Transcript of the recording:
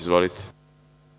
Izvolite.